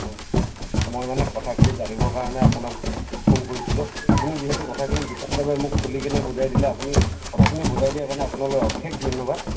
অঁ মই মানে কথাখিনি জানিবৰ কাৰণে আপোনাক ফোন কৰিছিলোঁ আপুনি যিহেতু কথাখিনি বিতংভাৱে মোক খুলিকেনে বুজাই দিলে আপুনি কথাখিনি বুজাই দিয়াৰ কাৰণে আপোনালৈ অশেষ ধন্যবাদ